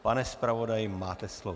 Pane zpravodaji, máte slovo.